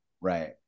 Right